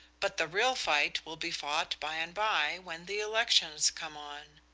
but the real fight will be fought by and by, when the elections come on.